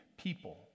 people